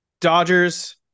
Dodgers